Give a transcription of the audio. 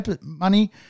money